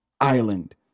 island